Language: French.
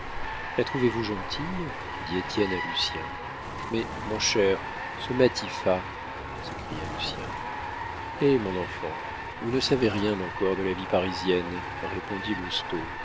la trouvez-vous gentille dit étienne à lucien mais mon cher ce matifat s'écria lucien eh mon enfant vous ne savez rien encore de la vie parisienne répondit